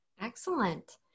Excellent